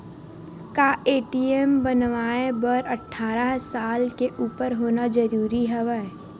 का ए.टी.एम बनवाय बर अट्ठारह साल के उपर होना जरूरी हवय?